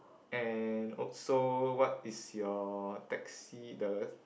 and also what is your taxi the